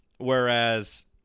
Whereas